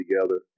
together